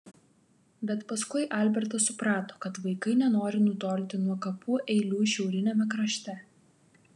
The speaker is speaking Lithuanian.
bet paskui albertas suprato kad vaikai nenori nutolti nuo kapų eilių šiauriniame krašte